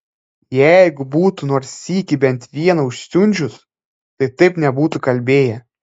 jeigu būtų nors sykį bent vieną užsiundžius tai taip nebūtų kalbėję